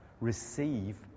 receive